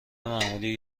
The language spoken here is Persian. معمولی